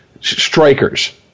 strikers